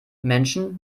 menschen